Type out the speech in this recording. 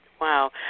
Wow